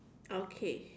okay